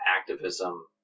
activism